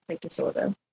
disorder